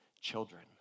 children